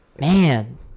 Man